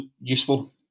useful